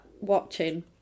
watching